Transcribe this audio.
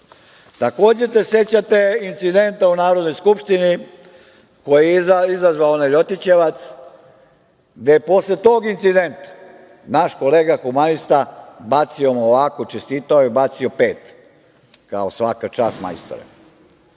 Takođe se sećate incidenta u Narodnoj skupštini koji je izazvao onaj Ljotićevac, gde je posle tog incidenta naš kolega humanista bacio mu ovako, čestitao, i bacio pet, kao - svaka čast majstore.